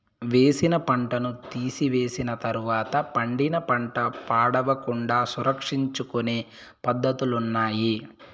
వేసిన పంటను తీసివేసిన తర్వాత పండిన పంట పాడవకుండా సంరక్షించుకొనే పద్ధతులున్నాయి